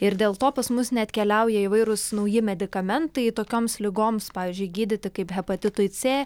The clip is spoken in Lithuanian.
ir dėl to pas mus neatkeliauja įvairūs nauji medikamentai tokioms ligoms pavyzdžiui gydyti kaip hepatitui c